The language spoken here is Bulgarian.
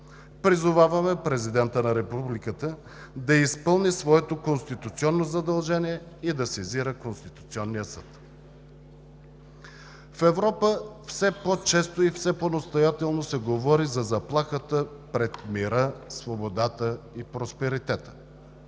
призоваваме Президента на Републиката да изпълни своето конституционно задължение и да сезира Конституционния съд. В Европа все по-често и все по-настоятелно се говори за заплахата за мира, свободата и просперитета,